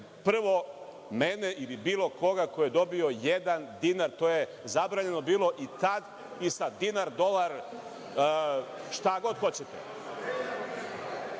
prvo mene ili bilo koga ko je dobio jedan dinar, to je zabranjeno bilo i tad i sad, dinar, dolar, šta god hoćete.